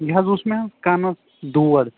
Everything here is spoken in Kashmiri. یہِ حظ اوس مےٚ کَنَس دود